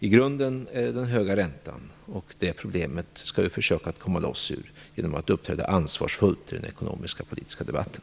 I grunden är problemet den höga räntan. Det problemet skall vi försöka att komma loss ur genom att uppträda ansvarsfullt i den ekonomiska politiska debatten.